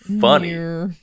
funny